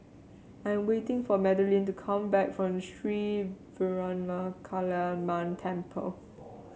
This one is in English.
I'm waiting for Madelyn to come back from Sri Veeramakaliamman Temple